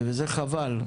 וזה חבל.